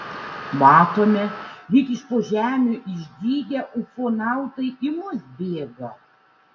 matome lyg iš po žemių išdygę ufonautai į mus bėga